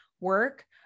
work